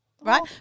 Right